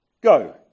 Go